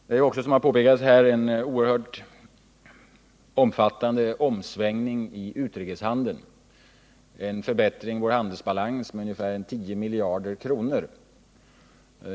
Det har också, som har påpekats här, skett en oerhört omfattande omsvängning i utrikeshandeln, innebärande en förbättring i vår handelsba lans med ungefär 10 miljarder kronor.